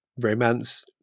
romance